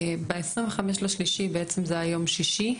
ב-25 במרץ בעצם זה היה יום שישי,